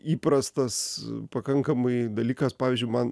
įprastas pakankamai dalykas pavyzdžiui man